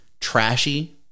trashy